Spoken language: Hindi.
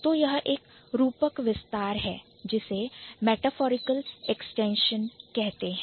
तो यह एक रूपक विस्तार है जिसे metaphorical extension मेटाफोरिकल एक्सटेंशन कहते हैं